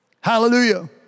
Hallelujah